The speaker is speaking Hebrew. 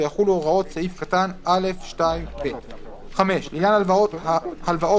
ויחולו הוראות סעיף קטן (א)(2)(ב); (5)לעניין הלוואות שניתנו